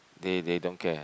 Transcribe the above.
they they don't care